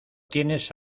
tienes